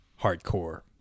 Hardcore